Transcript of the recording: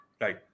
Right